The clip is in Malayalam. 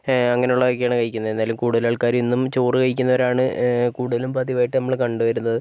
അങ്ങനെ ഉള്ള ഒക്കെയാണ് കഴിക്കുന്നത് എന്നാലും കൂടുതൽ ആൾകാര് ഇന്നും ചോറ് കഴിക്കുന്നവരാണ് കൂടുതലും പതിവായിട്ട് നമ്മള് കണ്ട് വരുന്നത്